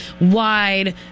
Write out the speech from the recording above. wide